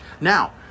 now